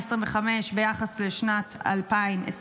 2025 ביחס לשנת 2024?